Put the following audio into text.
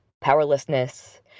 powerlessness